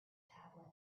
tablet